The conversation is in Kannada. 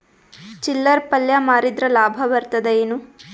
ಚಿಲ್ಲರ್ ಪಲ್ಯ ಮಾರಿದ್ರ ಲಾಭ ಬರತದ ಏನು?